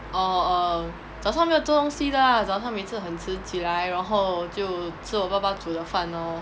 oh err 早上没有做东西 lah 早上每次很迟起来然后就吃我爸爸煮的饭 lor